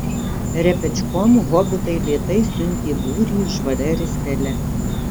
repečkom hobitai lėtai siuntė būrį žvalia ristele